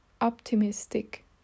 Optimistic